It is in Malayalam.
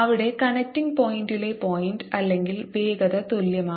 അവിടെ കണക്റ്റിംഗ് പോയിന്റിലെ പോയിന്റ് അല്ലെങ്കിൽ വേഗത തുല്യമാണ്